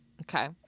Okay